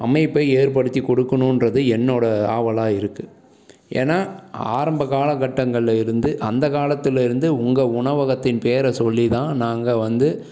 அமைப்பை ஏற்படுத்தி கொடுக்கணுன்றது என்னோட ஆவலாக இருக்கு ஏன்னா ஆரம்ப காலகட்டங்களில் இருந்து அந்த காலத்தில் இருந்து உங்கள் உணவகத்தின் பேரை சொல்லி தான் நாங்கள் வந்து